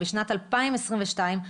בשנת 2022,